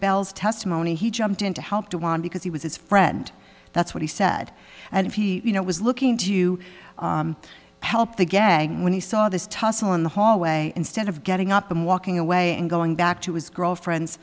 bell's testimony he jumped in to help the won because he was his friend that's what he said and if he you know was looking to you help the gag when he saw this tussle in the hallway instead of getting up and walking away and going back to his girlfriend